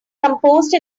composed